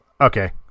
Okay